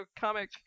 comic